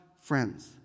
friends